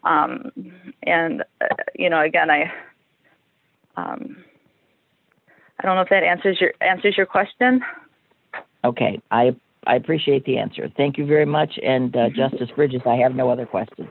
on and you know again i don't know if that answers your answers your question ok i appreciate the answer thank you very much and justice ridge and i have no other question